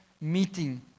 meeting